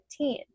15